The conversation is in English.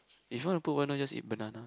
if you wanna poop why not just eat banana